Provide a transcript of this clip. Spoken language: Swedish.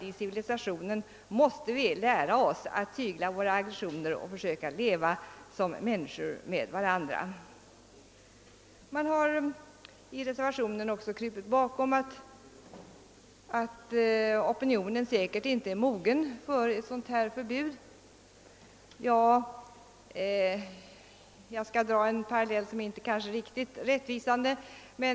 I civilisationen måste vi nog lära oss att tygla våra aggressioner och försöka leva som människor med varandra. Man har i reservationen 1 också krupit bakom påståendet att opinionen säkerligen inte är mogen för ett förbud. Jag skall dra en parallell, även om den kanske inte är riktigt rättvisande.